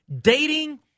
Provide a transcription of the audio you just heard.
Dating